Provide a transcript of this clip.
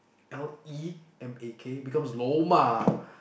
lemak becomes Lou-ma